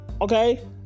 Okay